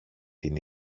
την